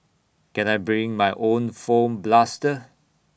can I bring my own foam blaster